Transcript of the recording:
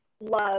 love